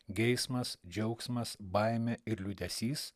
geismas džiaugsmas baimė ir liūdesys